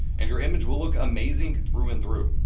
and your image will look amazing through and through.